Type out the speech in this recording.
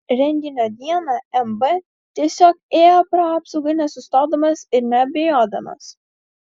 renginio dieną mb tiesiog ėjo pro apsaugą nesustodamas ir neabejodamas